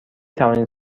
توانید